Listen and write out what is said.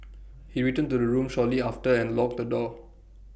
he returned to the room shortly after and locked the door